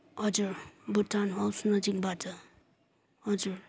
हजुर भुटान हाउस नजिकबाट हजुर